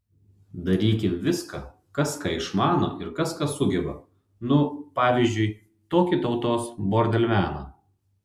darykim viską kas ką išmano ir kas ką sugeba nu pavyzdžiui tokį tautos bordelmeną